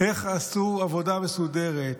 איך עשו עבודה מסודרת,